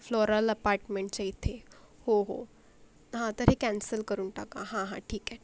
floral अपार्टमेंटच्या इथे हो हो हां तर हे कॅन्सल करून टाका हां हां ठीक आहे